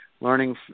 learning